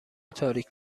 تاریک